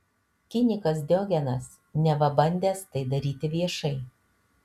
kinikas diogenas neva bandęs tai daryti viešai